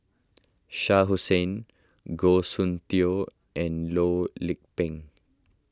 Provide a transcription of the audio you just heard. Shah Hussain Goh Soon Tioe and Loh Lik Peng